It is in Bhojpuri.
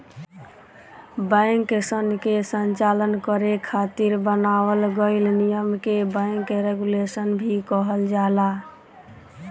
बैंकसन के संचालन करे खातिर बनावल गइल नियम के बैंक रेगुलेशन भी कहल जाला